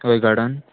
थंय गार्डन